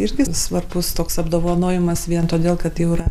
irgi svarbus toks apdovanojimas vien todėl kad jau yra